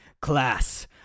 class